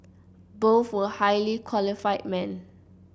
both were highly qualified men